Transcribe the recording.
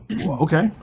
Okay